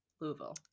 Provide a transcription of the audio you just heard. louisville